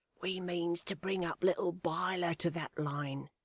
we means to bring up little biler to that line